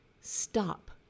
stop